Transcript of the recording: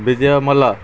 ବିଜୟ ମଲ୍ଲ